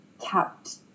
kept